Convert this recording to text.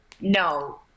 No